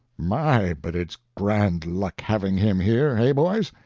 my, but it's grand luck having him here hey, boys?